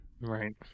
Right